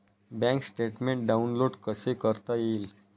Bank statement download कसे करता येईल?